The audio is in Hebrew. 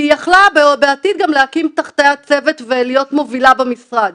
היא יכלה גם בעתיד להקים תחתיה צוות ולהיות מובילה במשרד.